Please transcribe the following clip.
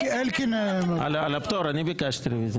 אני ביקשתי רוויזיה.